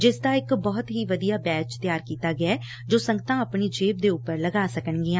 ਜਿਸ ਦਾ ਇੱਕ ਬਹੁਤ ਹੀ ਵਧੀਆ ਬੈਜ਼ ਤਿਆਰ ਕੀਤਾ ਗਿਐ ਜੋ ਸੰਗਤਾਂ ਆਪਣੀ ਜੇਬ ਦੇ ਉਂਪਰ ਲਾ ਸਕਣਗੀਆਂ